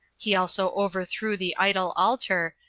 he also overthrew the idol altar,